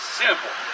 simple